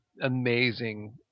amazing